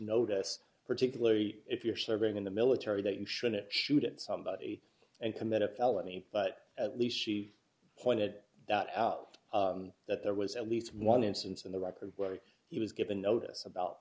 notice particularly if you're serving in the military that you shouldn't shoot at somebody and commit a felony but at least she pointed that out that there was at least one instance in the record where he was given notice about